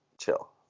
chill